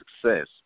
success